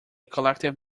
collective